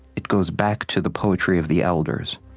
it goes back to the poetry of the elders.